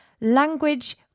language